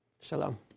Shalom